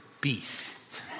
beast